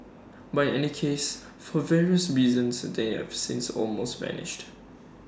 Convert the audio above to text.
but in any case for various reasons they have since almost vanished